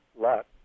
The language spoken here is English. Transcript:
lot